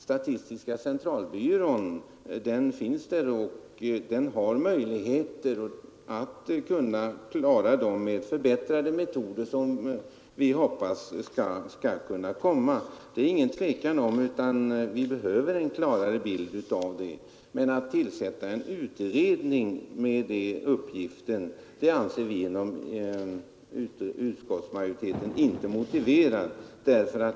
Statistiska centralbyrån har möjligheter att kunna arbeta med de förbättrade metoder som vi hoppas skall kunna komma. Det är ingen tvekan om att vi behöver en klarare bild av förhållandena, men att tillsätta en utredning i detta syfte finner utskottsmajoriteten inte motiverat.